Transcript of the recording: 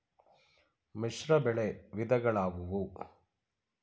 ಮಿಶ್ರಬೆಳೆ ವಿಧಗಳಾವುವು?